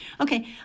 Okay